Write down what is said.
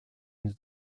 into